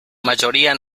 mayoría